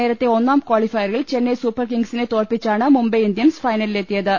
നേരത്തെ ഒന്നാം കാളിഫയറിൽ ചെന്നൈ സൂപ്പർകിംഗ്സിനെ തോൽപ്പിച്ചാണ് മുംബൈ ഇന്ത്യൻസ് ഫൈനലിലെത്തിയത്